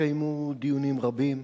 התקיימו דיונים רבים.